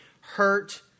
hurt